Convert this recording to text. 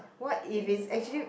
what if it's actually